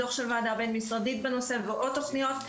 דוח של ועדה בין משרדית בנושא ועוד תוכניות,